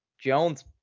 Jones